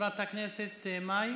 חברת הכנסת מאי